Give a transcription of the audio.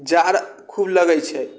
जाड़ खूब लगै छै